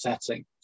setting